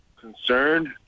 Concerned